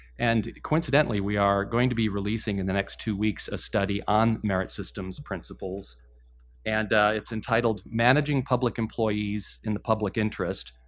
and coincidentally, we are going to be releasing, in the next two weeks, a study on merits systems principles and its entitled managing public employees in the public interest,